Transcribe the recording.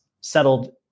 settled